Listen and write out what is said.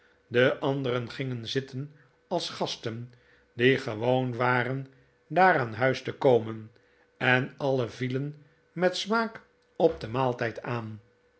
de anderen gingen zitten als gasten die gewoon waren daar aan huis te komen en alien vielen met smaak op den maaltijd aan